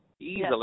easily